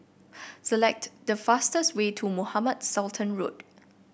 select the fastest way to Mohamed Sultan Road